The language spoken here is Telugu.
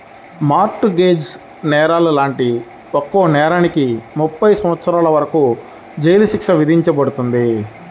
మార్ట్ గేజ్ నేరాలు లాంటి ఒక్కో నేరానికి ముప్పై సంవత్సరాల వరకు జైలు శిక్ష విధించబడుతుంది